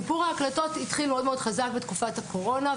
סיפור ההקלטות התחיל מאוד מאוד חזק בתקופת הקורונה,